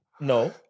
no